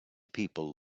people